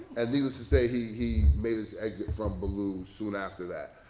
and needless to say, he he made his exit from ballou soon after that.